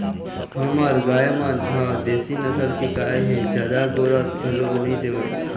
हमर गाय मन ह देशी नसल के गाय हे जादा गोरस घलोक नइ देवय